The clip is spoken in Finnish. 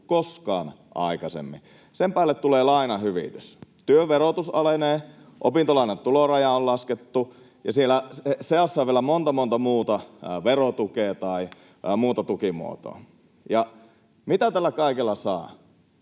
koskaan aikaisemmin. Sen päälle tulee lainahyvitys, työn verotus alenee, opintolainan tulorajaa on laskettu, ja siellä seassa on vielä monta, monta muuta verotukea tai muuta tukimuotoa. Ja mitä tällä kaikella saa?